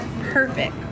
Perfect